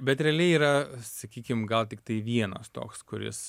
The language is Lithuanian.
bet realiai yra sakykim gal tiktai vienas toks kuris